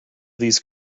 these